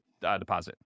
deposit